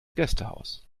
gästehaus